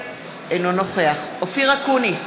אינו נוכח אופיר אקוניס,